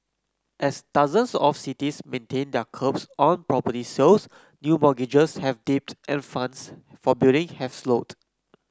as dozens of cities maintain their curbs on property sales new mortgages have dipped and funds for building have slowed